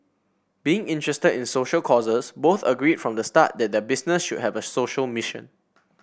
being interested in social causes both agreed from the start that their business should have a social mission